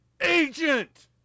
agent